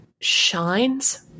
shines